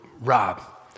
rob